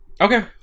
Okay